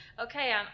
okay